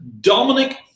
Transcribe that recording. Dominic